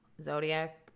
Zodiac